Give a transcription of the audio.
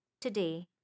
today